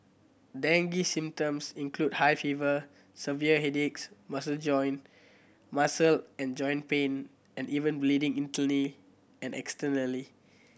dengue symptoms include high fever severe headaches muscle joint muscle and joint pain and even bleeding internally and externally